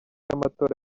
y’amatora